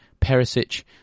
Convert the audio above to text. perisic